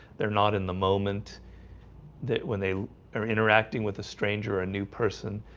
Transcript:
they're not in the moment that when they are interacting with a stranger or a new person,